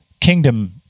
kingdom